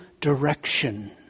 direction